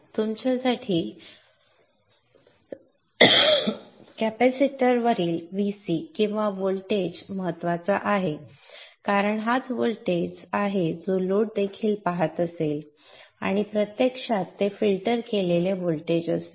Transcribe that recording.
तुमच्यासाठी कॅपेसिटरवरील Vc किंवा व्होल्टेज महत्त्वाचा आहे कारण हाच व्होल्टेज आहे जो लोड देखील पाहत असेल आणि प्रत्यक्षात ते फिल्टर केलेले व्होल्टेज असेल